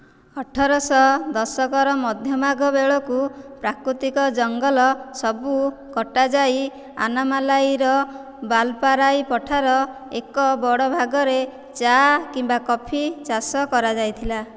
ଅଠର ଶହ ଦଶକର ମଧ୍ୟଭାଗ ବେଳକୁ ପ୍ରାକୃତିକ ଜଙ୍ଗଲ ସବୁ କଟାଯାଇ ଆନାମାଲାଇର ବାଲ୍ପାରାଇ ପଠାର ଏକ ବଡ଼ ଭାଗରେ ଚା' କିମ୍ବା କଫି ଚାଷ କରାଯାଇଥିଲା